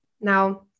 Now